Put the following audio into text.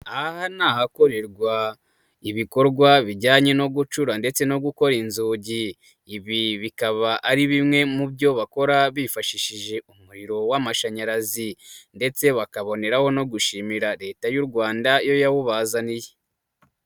Aha aha n'ahakorerwa ibikorwa bijyanye no gucura ndetse no gukora inzugi, ibi bikaba ari bimwe mu byo bakora bifashishije umuriro w'amashanyarazi ndetse bakaboneraho no gushimira leta y'u Rwanda yo yawubazaniye.